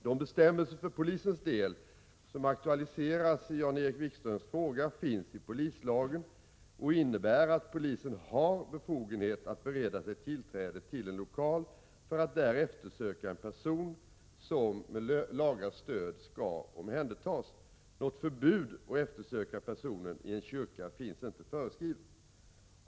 De bestämmelser för polisens del som aktualiserats i Jan-Erik Wikströms fråga finns i polislagen och innebär att polisen har befogenhet att bereda sig tillträde till en lokal för att där eftersöka en person som med laga stöd skall omhändertas. Något förbud att eftersöka personen i en kyrka finns inte föreskrivet.